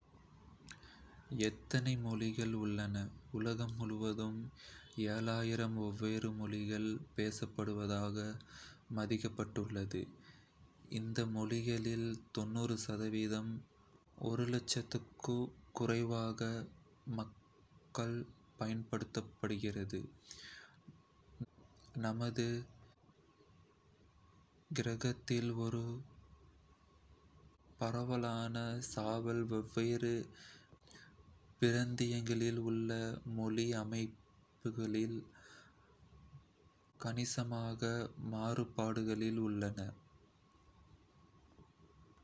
எத்தனை மொழிகள் உள்ளன? உலகம் முழுவதும் வெவ்வேறு மொழிகள் பேசப்படுவதாக மதிப்பிடப்பட்டுள்ளது. இந்த மொழிகளில் க்கும் குறைவான மக்களால் பயன்படுத்தப்படுகிறது. நமது கிரகத்தில் ஒரு பரவலான சவால் வெவ்வேறு பிராந்தியங்களில் உள்ள மொழி அமைப்புகளில் கணிசமான மாறுபாடுகளில் உள்ளது.